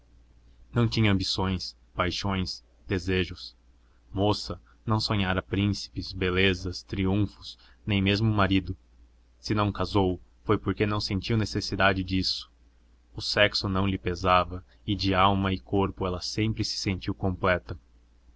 não tinha ambições paixões desejos moça não sonhara príncipes belezas triunfos nem mesmo um marido se não casou foi porque não sentiu necessidade disso o sexo não lhe pesava e de alma e corpo ela sempre se sentiu completa